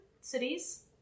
cities